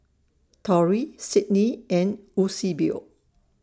Torey Cydney and Eusebio